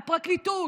הפרקליטות,